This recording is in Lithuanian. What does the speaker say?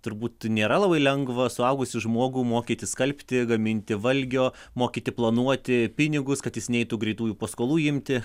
turbūt nėra labai lengva suaugusį žmogų mokyti skalbti gaminti valgio mokyti planuoti pinigus kad jis neitų greitųjų paskolų imti